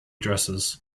dresses